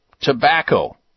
tobacco